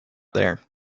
there